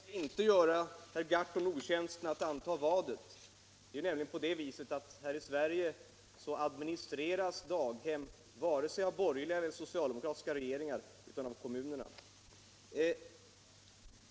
Herr talman! Jag skall inte göra herr Gahrton otjänsten att anta vadet. Det är nämligen på det viset att daghem här i Sverige inte administreras av vare sig borgerliga eller socialdemokratiska regeringar utan av kommunerna.